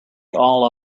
all